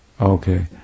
Okay